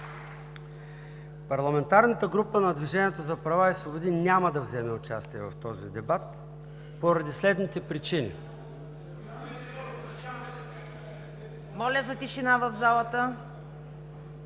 парламентарната група на Движението за права и свободи няма да вземе участие в този дебат поради следните причини. (Реплики.)